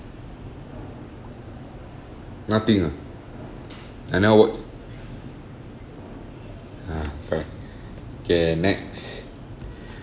nothing ah I never watch ah correct K next